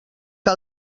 que